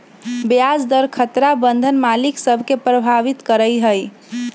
ब्याज दर खतरा बन्धन मालिक सभ के प्रभावित करइत हइ